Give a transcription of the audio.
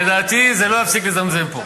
לדעתי זה לא יפסיק לזמזם פה.